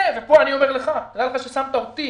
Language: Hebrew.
פה אני אומר לך, רק בגלל ששמת אותי